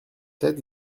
sept